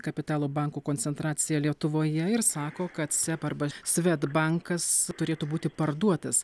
kapitalo bankų koncentraciją lietuvoje ir sako kad seb arba swedbankas turėtų būti parduotas